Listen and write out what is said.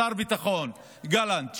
שר הביטחון גלנט,